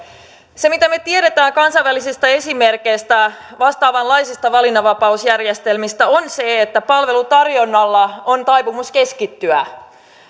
se mitä me tiedämme kansainvälisistä esimerkeistä vastaavanlaisista valinnanvapausjärjestelmistä on se että palvelutarjonnalla on taipumus keskittyä